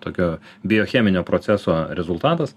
tokio biocheminio proceso rezultatas